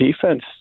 defense